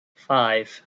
five